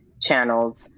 channels